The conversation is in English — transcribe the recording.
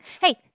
Hey